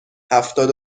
هفتاد